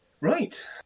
Right